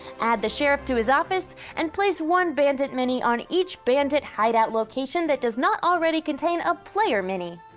add the sheriff to his office and place one bandit mini on each bandit hideout location that does not already contain a player mini.